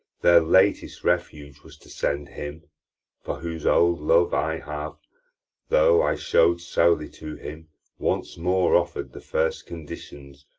their latest refuge was to send him for whose old love i have though i show'd sourly to him once more offer'd the first conditions,